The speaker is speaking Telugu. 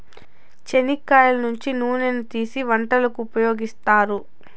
చెనిక్కాయల నుంచి నూనెను తీసీ వంటలకు ఉపయోగిత్తారు